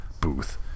booth